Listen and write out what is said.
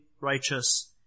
righteous